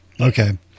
Okay